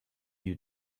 you